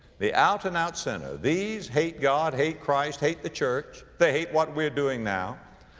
the out and out sinner. these hate god, hate christ, hate the church. they hate what we're doing now.